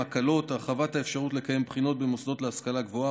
הם הקלות: הרחבת האפשרות לקיים בחינות במוסדות להשכלה גבוהה,